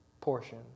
portion